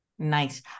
Nice